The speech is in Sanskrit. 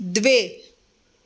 द्वे